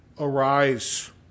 arise